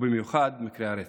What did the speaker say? ובמיוחד במקרי הרצח.